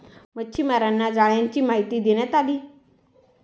मच्छीमारांना जाळ्यांची माहिती देण्यात आली